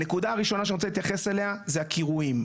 הנקודה הראשונה שאני רוצה להתייחס אליה זה הקירויים.